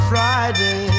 Friday